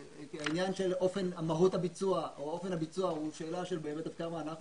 העניין של מהות הביצוע או אופן הביצוע הוא שאלה של באמת עד כמה אנחנו